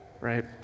right